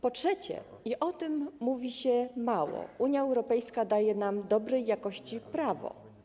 Po trzecie, i o tym mówi się mało, Unia Europejska daje nam dobrej jakości prawo.